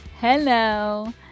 Hello